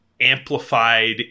amplified